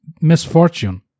misfortune